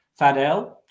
Fadel